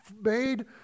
made